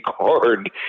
card